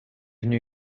venu